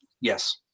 yes